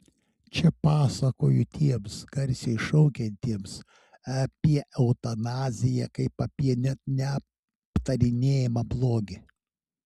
čia pasakoju tiems garsiai šaukiantiems apie eutanaziją kaip apie net neaptarinėjamą blogį